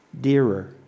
dearer